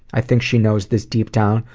i think she knows this deep down,